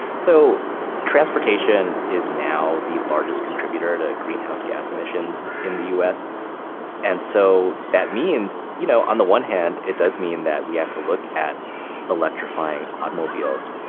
so transportation is now the largest contributor to greenhouse gas emissions in the us and so that means, you know on the one hand, it does mean that we have to look at electrifying automobiles.